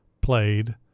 played